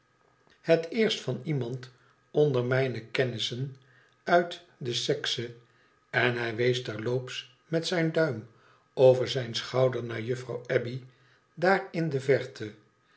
het eerst van iemand onder mijne kennissen uit de aekse en hij wees terloops met zijn duim over zijn schouder naar jufiouw abbey daar in de verte